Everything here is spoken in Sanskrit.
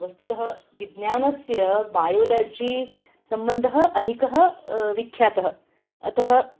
वस्तुतः विज्ञानस्य बायोलजि सम्बन्धः अधिकः विख्यातः अतः